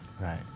right